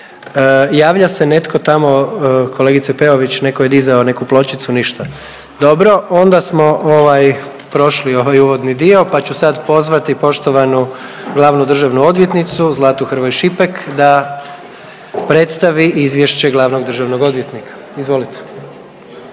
Javlja se netko tamo kolegice Peović? Netko je dizao neku pločicu. Ništa, dobro. Onda smo prošli ovaj uvodni dio, pa ću sad pozvati poštovanu glavnu državnu odvjetnicu Zlatu Hrvoj Šipek da predstavi Izvješće glavnog državnog odvjetnika. Izvolite.